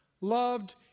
loved